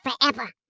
forever